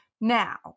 Now